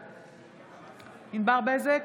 בעד ענבר בזק,